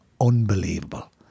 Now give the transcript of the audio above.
unbelievable